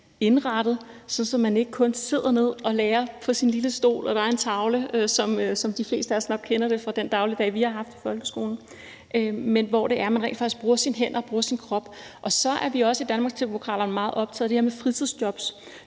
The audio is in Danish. indrettet, sådan at man ikke kun sidder ned og lærer på sin lille stol og der er en tavle, som de fleste af os nok kender lidt fra den dagligdag, vi har haft i folkeskolen, men at man rent faktisk bruger sine hænder og bruger sin krop? Så er vi også i Danmarksdemokraterne meget optaget af det her med fritidsjobs.